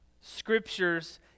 scriptures